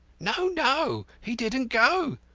no, no! he didn't go.